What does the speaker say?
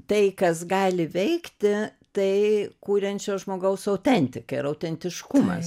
tai kas gali veikti tai kuriančio žmogaus autentika ir autentiškumas